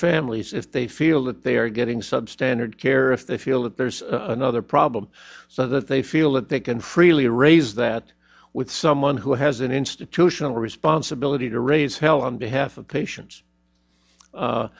families if they feel that they are getting substandard care if they feel that there's another problem so that they feel that they can freely raise that with someone who has an institutional responsibility to raise hell on behalf of patients